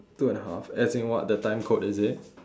two and a half as in what the time quote is it